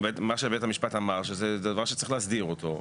מה שבית המשפט אמר שזה דבר שצריך להסדיר אותו.